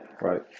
right